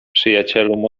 przyjacielu